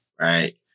right